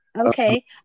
okay